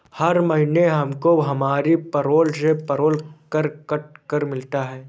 हर महीने हमको हमारी पेरोल से पेरोल कर कट कर मिलता है